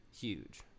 huge